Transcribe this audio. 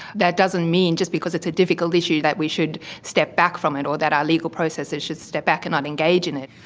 that doesn't mean just because it's a difficult issue that we should step back from it or that our legal processes should step back and not engage in it.